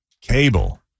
cable